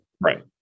Right